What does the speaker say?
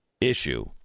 issue